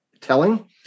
telling